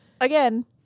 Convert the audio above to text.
Again